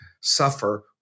suffer